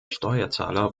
steuerzahler